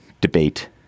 debate